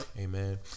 amen